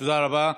תודה רבה.